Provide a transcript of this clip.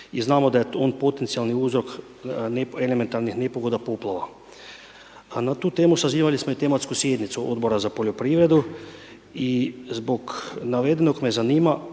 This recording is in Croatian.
i znamo da je on potencijalni uzrok elementarnih nepogoda, poplava. A na tu temu sazivali smo i tematsku sjednicu Odbora za poljoprivredu i zbog navedenog me zanima